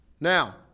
Now